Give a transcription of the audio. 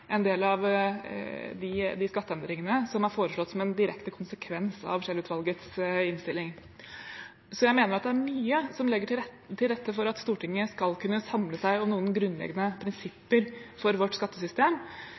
en del av de skatteendringene som er foreslått som en direkte konsekvens av Scheel-utvalgets innstilling. Så jeg mener at det er mye som ligger til rette for at Stortinget skal kunne samle seg om noen grunnleggende prinsipper for vårt skattesystem,